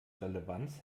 relevanz